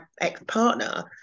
ex-partner